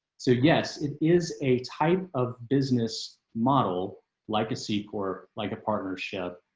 so yes, it is a type of business model legacy for like a partnership.